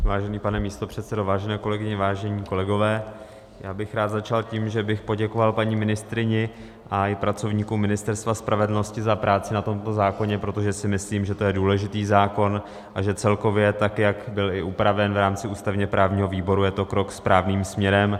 Vážený pane místopředsedo, vážené kolegyně, vážení kolegové, rád bych začal tím, že bych poděkoval paní ministryni a i pracovníkům Ministerstva spravedlnosti za práci na tomto zákoně, protože si myslím, že je to důležitý zákon a že celkově, tak jak byl i upraven v rámci ústavněprávního výboru, je to krok správným směrem.